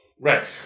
right